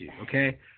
okay